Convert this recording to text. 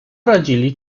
radzili